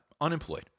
Unemployed